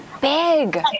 big